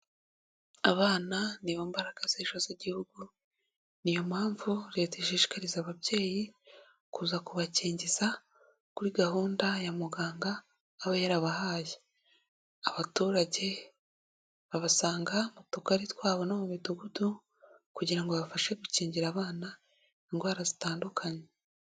Abana ni bo mbaraga z'ejo z'Igihugu, ni iyo mpamvu Leta ishishikariza ababyeyi, kuza kubakingiza kuri gahunda ya muganga aba yarabahaye. Abaturage babasanga mu Tugari twabo no mu Midugudu, kugira ngo babafashe gukingira abana indwara zitandukanye.